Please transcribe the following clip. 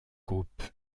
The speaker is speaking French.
groupe